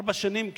ארבע שנים,